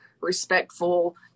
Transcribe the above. respectful